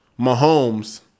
Mahomes